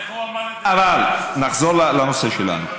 איך הוא אמר, אבל נחזור לנושא שלנו.